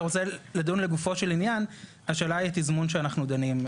רוצה לדון לגופו של עניין השאלה היא התזמון שאנחנו דנים.